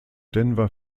denver